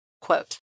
Quote